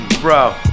bro